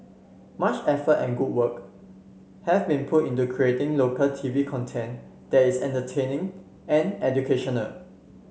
much effort and good work have been put into creating local T V content that is entertaining and educational